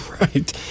right